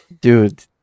Dude